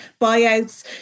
buyouts